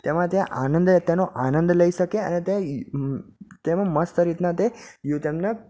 તેમાં તે આનંદ તેનો આનંદ લઈ શકે અને તે તેમાં મસ્ત રીતના તે વ્યૂ તેમને